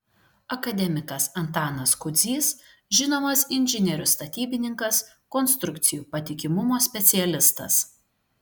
akademikas antanas kudzys žinomas inžinierius statybininkas konstrukcijų patikimumo specialistas